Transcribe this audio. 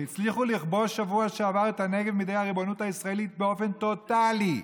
שהצליחו לכבוש בשבוע שעבר את הנגב מידי הריבונות הישראלית באופן טוטלי,